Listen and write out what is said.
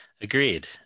agreed